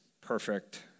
perfect